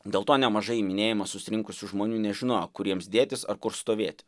dėl to nemažai į minėjimą susirinkusių žmonių nežinojo kur jiems dėtis ar kur stovėt